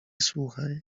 słuchaj